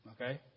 okay